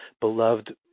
beloved